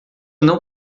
não